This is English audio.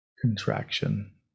contraction